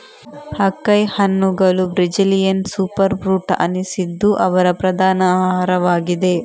acai ಹಣ್ಣುಗಳು Brazilian super fruit ಅನಿಸಿದ್ದು ಅವರ ಪ್ರಧಾನ ಆಹಾರವಾಗಿದೆ